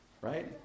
Right